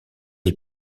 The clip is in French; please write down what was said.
est